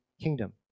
kingdom